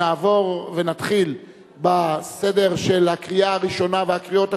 נתחיל בסדר של הקריאה הראשונה והקריאות הטרומיות,